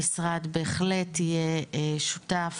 המשרד בהחלט יהיה שותף,